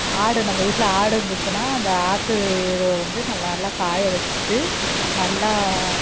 ஆடு நம்ம வீட்டில் ஆடு இருந்துச்சுனா அந்த ஆட்டு எருவை வந்து நம்ம நல்லா காயை வச்சிட்டு நல்லா